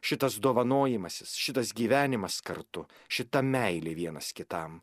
šitas dovanojamasis šitas gyvenimas kartu šita meilė vienas kitam